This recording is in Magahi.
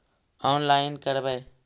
औनलाईन करवे?